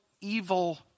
evil